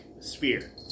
sphere